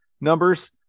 numbers